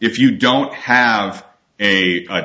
if you don't have a